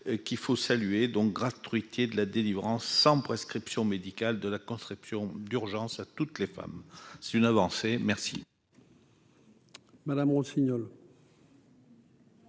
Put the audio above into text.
qu'il faut saluer donc gratuité de la délivrance sans prescription médicale, de la construction d'urgence à toutes les femmes, c'est une avancée, merci. Madame Rossignol.